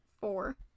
four